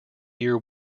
year